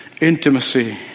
intimacy